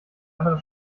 andere